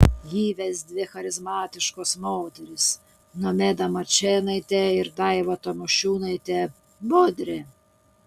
jį ves dvi charizmatiškos moterys nomeda marčėnaitė ir daiva tamošiūnaitė budrė